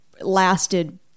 lasted